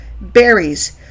Berries